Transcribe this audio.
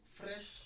fresh